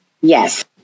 Yes